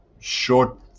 short